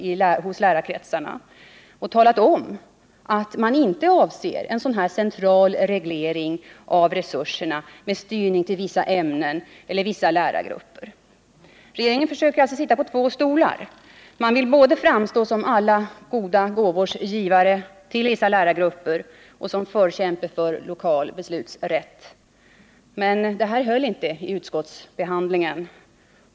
Folkpartiregeringen har inte försökt tala om att man inte avser en centralreglering av resurserna med styrning til! vissa ämnen el'er vissa lärargrupper. Regeringen försöker alltså sitta på två stolar samtidigt. Man vill både framstå som alla goda gåvors givare till vissa lärargrupper och som förkämpe för lokal beslutsrätt. Men detta höll inte vid utskottsbehandlingen.